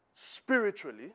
spiritually